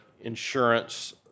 insurance